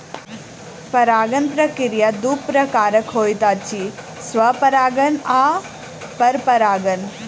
परागण प्रक्रिया दू प्रकारक होइत अछि, स्वपरागण आ परपरागण